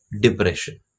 depression